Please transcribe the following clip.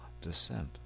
descent